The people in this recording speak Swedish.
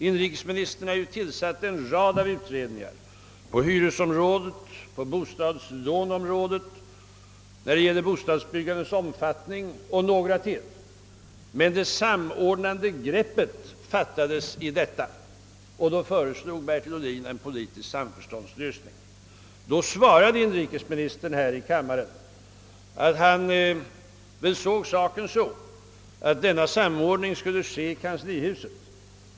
Inrikesministern har tillsatt en rad utredningar, på hyresområdet, på bostadslåneområdet, beträffande bostadsbyggandets omfattning etc., men det samordnande greppet fattades. Då föreslog Bertil Ohlin alltså en politisk samförståndslösning. Inrikesminis tern svarade här i kammaren att denna samordning skulle göras i kanslihuset.